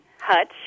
Hutch